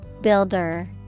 Builder